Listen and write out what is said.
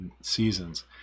seasons